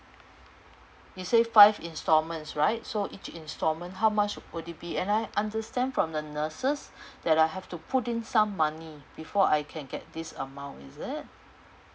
you say five installments right so each installment how much would it be and I understand from the nurses that I have to put in some money before I can get this amount is it